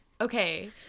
okay